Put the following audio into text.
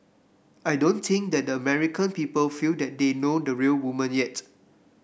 I don't think that the American people feel that they know the real woman yet